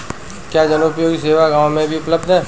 क्या जनोपयोगी सेवा गाँव में भी उपलब्ध है?